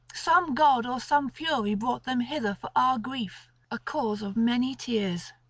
some god or some fury brought them hither for our grief, a cause of many tears.